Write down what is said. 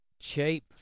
Cheap